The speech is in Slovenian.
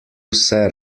vse